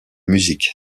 musique